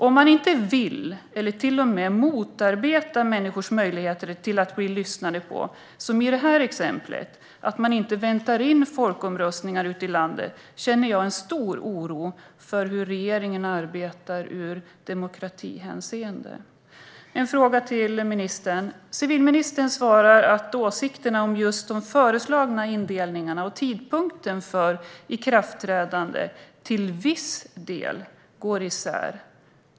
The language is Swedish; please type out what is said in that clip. Om man inte vill erkänna eller till och med motarbetar människors möjligheter att bli lyssnade på, som i det här exemplet där man inte väntar in folkomröstningar ute i landet, känner jag en stor oro för hur regeringen arbetar i demokratihänseende. Jag har en fråga till ministern. Civilministern svarar att åsikterna om just de föreslagna indelningarna och tidpunkten för ikraftträdande till viss del går isär.